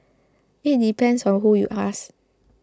it depends on who you ask